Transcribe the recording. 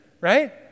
right